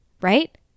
right